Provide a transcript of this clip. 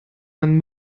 ein